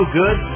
good